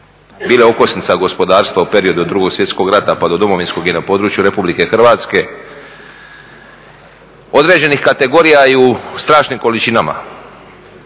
bile okosnica gospodarstva u periodu od Drugog svjetskog rata pa do Domovinskog i na području RH, određenih kategorija i u strašnim količinama.